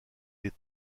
des